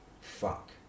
fuck